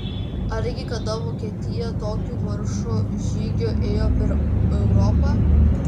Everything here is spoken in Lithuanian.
argi kada vokietija tokiu maršo žygiu ėjo per europą